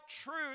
truth